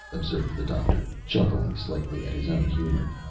observed the doctor, chuckling slightly at his own humor,